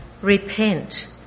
repent